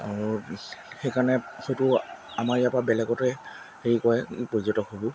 আৰু সেইকাৰণে হয়তো আমাৰ ইয়াৰপৰা বেলেগতে হেৰি কৰে পৰ্যটকসমূহ